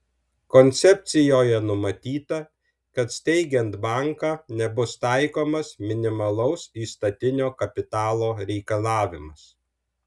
koncepcijoje numatyta kad steigiant banką nebus taikomas minimalaus įstatinio kapitalo reikalavimas